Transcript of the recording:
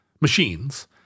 machines